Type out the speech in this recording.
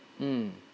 mm